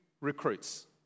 recruits